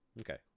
Okay